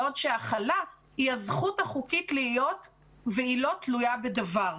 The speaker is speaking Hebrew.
בעוד הכלה היא הזכות החוקית להיות והיא לא תלויה בדבר.